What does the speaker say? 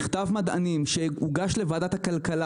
יכול להיות שהם יאתרו את מכתב המדענים שהוגש לוועדת הכלכלה